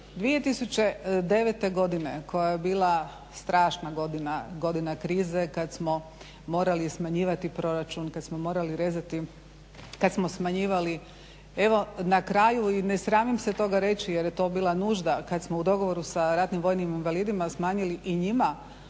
2009. godina koja je bila strašna godina, godina krize kad smo morali smanjivati proračun, kad smo morali rezati, kad smo smanjivali evo na kraju i ne sramim se toga reći jer je to bila nužda, kad smo u dogovoru sa ratnim vojnim invalidima smanjili i njima